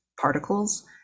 particles